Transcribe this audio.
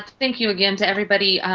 thank you again, to everybody.